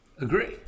Agree